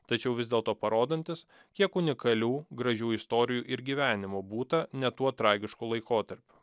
tačiau vis dėlto parodantis kiek unikalių gražių istorijų ir gyvenimų būta ne tuo tragišku laikotarpiu